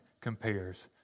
compares